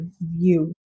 view